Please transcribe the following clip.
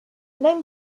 name